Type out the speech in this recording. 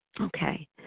Okay